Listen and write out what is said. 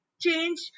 Change